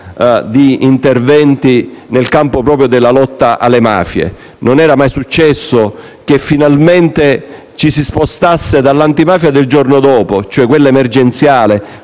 di interventi proprio nel campo della lotta alle mafie. Non era mai successo che finalmente ci si spostasse dall'antimafia del giorno dopo (quella emergenziale,